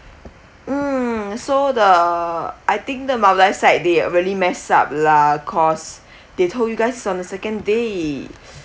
mm so the I think the maldives side they really mess up lah cause they told you guys on the second day